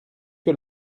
que